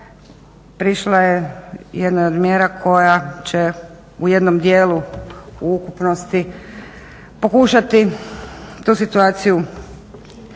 prišla je jednoj od mjera koja će u jednom dijelu u ukupnosti pokušati tu situaciju popraviti